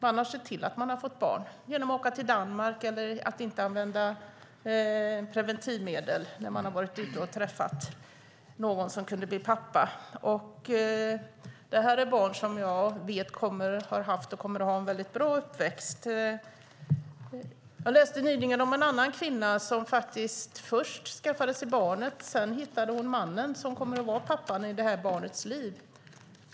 Man har sett till att man har fått barn genom att åka till Danmark eller att inte använda preventivmedel när man har varit ute och träffat någon som kunde bli pappa. Det här är barn som har haft och som kommer att ha en väldigt bra uppväxt. Jag läste nyligen om en annan kvinna som faktiskt först skaffade sig barnet, sedan hittade hon mannen som kommer att vara pappan i det här barnets liv.